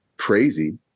crazy